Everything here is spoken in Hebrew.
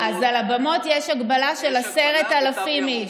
אז לבמות יש הגבלה של 10,000 איש,